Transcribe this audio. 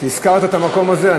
הזכרת את המקום הזה.